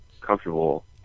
comfortable